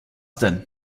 denn